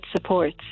supports